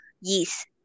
yeast